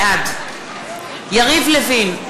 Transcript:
בעד יריב לוין,